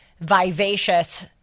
vivacious